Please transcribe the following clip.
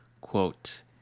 quote